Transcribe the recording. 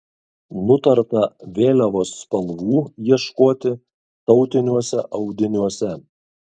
nutarta vėliavos spalvų ieškoti tautiniuose audiniuose